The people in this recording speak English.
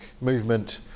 movement